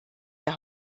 der